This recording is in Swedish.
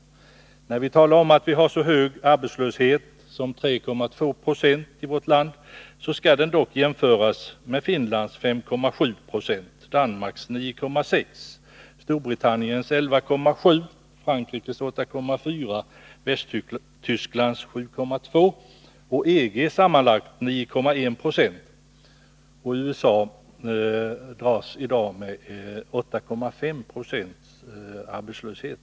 När vi talar om att vi i vårt land har en arbetslöshet som är så hög som 3,2 26, skall den dock jämföras med Finlands 5,7, Danmarks 9,6, Storbritanniens 11,7, Frankrikes 8,4 och Västtysklands 7,2 Jo liksom med den sammanlagda arbetslösheten för EG, 9,1 26, och med arbetslösheten i USA, där man i dag dras med 8,5 26 arbetslöshet.